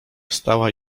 wstała